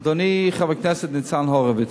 אדוני חבר הכנסת ניצן הורוביץ,